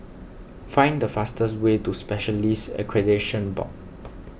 find the fastest way to Specialists Accreditation Board